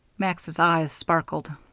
max's eyes sparkled.